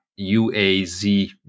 UAZ